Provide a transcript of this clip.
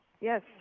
yes